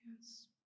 Yes